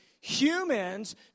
humans